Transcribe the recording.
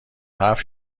حرف